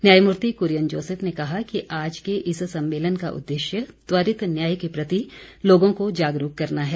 न्यायमूर्ति कुरियन जोसेफ ने कहा कि आज के इस सम्मेलन का उद्देश्य त्वरित न्याय के प्रति लोगों को जागरूक करना है